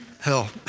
hell